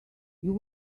you